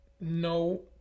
no